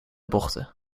bochten